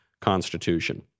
constitution